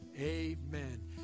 amen